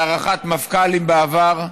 על הארכת כהונת מפכ"לים בעבר,